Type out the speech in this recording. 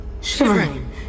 Shivering